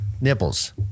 nipples